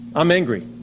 i'm angry.